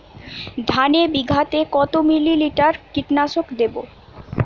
ধানে বিঘাতে কত মিলি লিটার কীটনাশক দেবো?